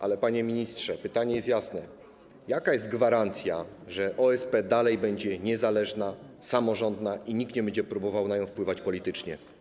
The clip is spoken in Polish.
Ale, panie ministrze, pytanie jest jasne: Jaka jest gwarancja, że OSP dalej będzie niezależna i samorządna i że nikt nie będzie próbował na nią wpływać politycznie?